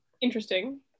Interesting